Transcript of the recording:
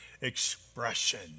expression